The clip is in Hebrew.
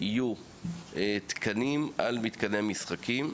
יהיו תקנים על מתקני המשחקים.